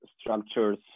structures